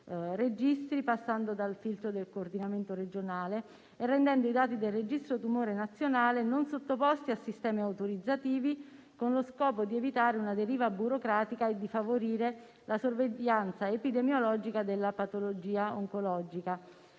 registri, passando dal filtro del coordinamento regionale e rendendo i dati del registro tumori nazionale non sottoposti a sistemi autorizzativi, con lo scopo di evitare una deriva burocratica e di favorire la sorveglianza epidemiologica della patologia oncologica.